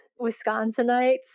Wisconsinites